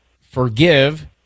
forgive